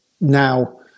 now